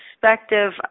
perspective